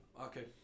Okay